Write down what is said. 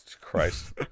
Christ